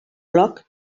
bloc